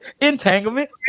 Entanglement